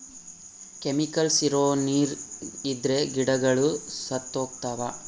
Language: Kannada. ಕೆಮಿಕಲ್ ಇರೋ ನೀರ್ ಇದ್ರೆ ಗಿಡಗಳು ಸತ್ತೋಗ್ತವ